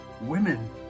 women